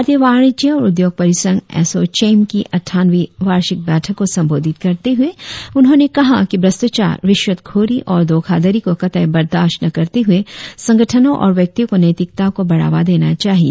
भारतीय वाणिज्य और उद्योग परिसंघ एसोचैम की अट्टानवीं वार्षिक बैठक को संबोधित करते हुए उन्होंने कहा कि भ्रष्टाचार रिश्वतखोरी और धोखाधड़ी को कतई बर्दाश्त न करते हुए संगठनों और व्यक्तियों को नैतिकता को बढ़ावा देना चाहिए